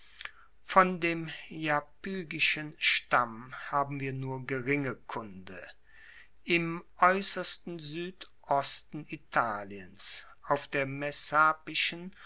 von dem iapygischen stamm haben wir nur geringe kunde im aeussersten suedosten italiens auf der